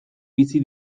bizi